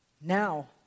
now